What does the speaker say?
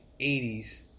80s